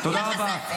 תודה רבה.